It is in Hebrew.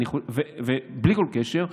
ובלי כל קשר,